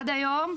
עד היום,